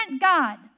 God